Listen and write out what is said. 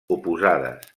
oposades